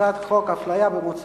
הצעת חוק איסור הפליה במוצרים,